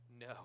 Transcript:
no